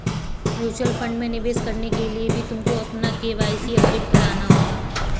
mutual fund में निवेश करने के लिए भी तुमको अपना के.वाई.सी अपडेट कराना होगा